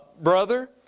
brother